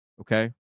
okay